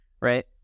Right